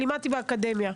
לימדתי באקדמיה.